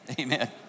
amen